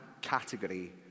category